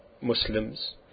Muslims